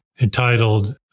entitled